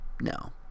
No